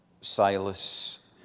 Silas